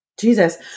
Jesus